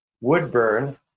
woodburn